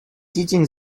sitting